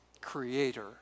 creator